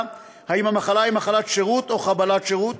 האם המחלה היא מחלת שירות או חבלת שירות,